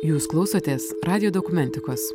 jūs klausotės radijo dokumentikos